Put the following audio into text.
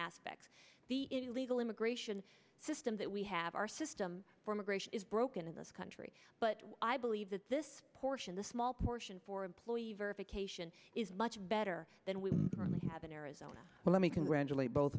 aspects the illegal immigration system that we have our system for immigration is broken in this country but i believe that this portion this small portion for employee verification is much better than we really have an arizona well let me congratulate both